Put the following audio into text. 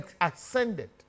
ascended